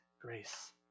grace